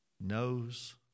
knows